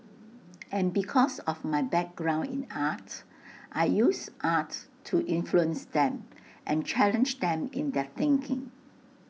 and because of my background in art I use art to influence them and challenge them in their thinking